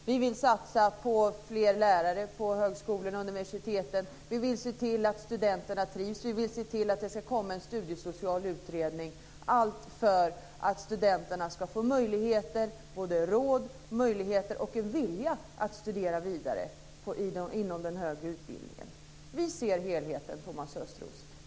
Vi vill satsa på fler lärare på högskolorna och universiteten. Vi vill se till att studenterna trivs. Vi vill se till att det kommer en studiesocial utredning - allt för att studenterna ska få råd och möjligheter, men också en vilja, att studera vidare inom den högre utbildningen. Vi ser helheten, Thomas Östros!